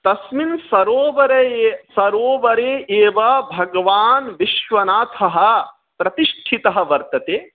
तस्मिन् सरोवरे सरोवरे एव भगवान् विश्वनाथः प्रतिष्ठितः वर्तते